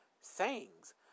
Sayings